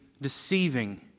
deceiving